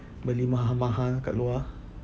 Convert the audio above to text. beli mahal-mahal kat luar